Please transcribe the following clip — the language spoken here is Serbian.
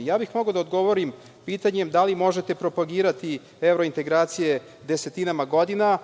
Ja bih mogao da odgovorim pitanjem - da li možete propagirati evrointegracije desetinama godina